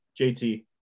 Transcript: JT